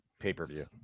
pay-per-view